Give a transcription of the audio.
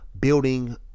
building